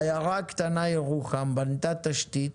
העיירה הקטנה ירוחם בנתה תשתית,